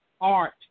art